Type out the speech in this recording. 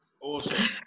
Awesome